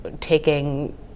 taking